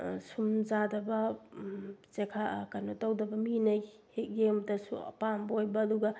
ꯁꯨꯝ ꯆꯥꯗꯕ ꯀꯩꯅꯣ ꯇꯧꯗꯕ ꯃꯤꯅ ꯍꯦꯛ ꯌꯦꯡꯕꯗꯁꯨ ꯑꯄꯥꯝꯕ ꯑꯣꯏꯕ ꯑꯗꯨꯒ